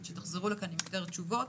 תחזרו לכאן עם יותר תשובות.